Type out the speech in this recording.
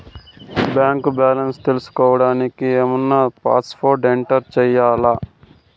Bank balance తెలుసుకోవడానికి ఏమన్నా password enter చేయాలా?